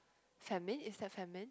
famine is that famine